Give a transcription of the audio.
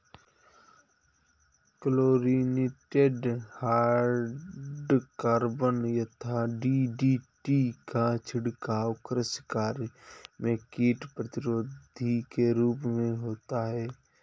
chlorinated hydrocarbon यथा DDT का छिड़काव कृषि कार्य में कीट प्रतिरोधी के रूप में होता है